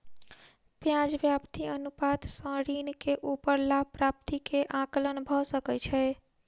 ब्याज व्याप्ति अनुपात सॅ ऋण के ऊपर लाभ प्राप्ति के आंकलन भ सकै छै